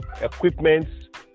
equipment